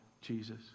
Jesus